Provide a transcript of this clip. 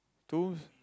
tools